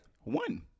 One